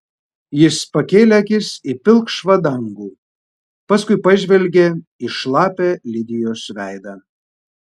jis pakėlė akis į pilkšvą dangų paskui pažvelgė į šlapią lidijos veidą